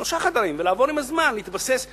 שלושה חדרים, ועם הזמן לעבור, להתבסס ולעבור.